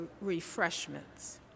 refreshments